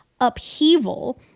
upheaval